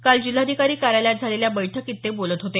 काल जिल्हाधिकारी कार्यालयात झालेल्या बैठकीत ते बोलत होते